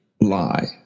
lie